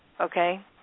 okay